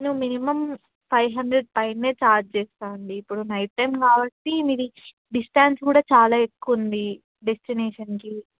నువ్వు minimum five hundred పైన charge చేస్తాను అండి ఇప్పుడు నైట్ టైం కాబట్టి మీది డిస్టెన్స్ కూడా చాలా ఎక్కువ ఉంది డెస్టినేేషన్కి